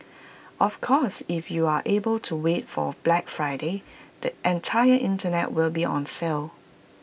of course if you are able to wait for Black Friday the entire Internet will be on sale